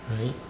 Right